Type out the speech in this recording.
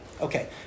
Okay